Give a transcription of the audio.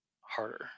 harder